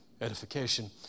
edification